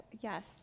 yes